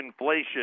inflation